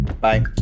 Bye